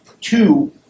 two